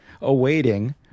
awaiting